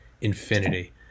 infinity